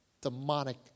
demonic